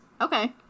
Okay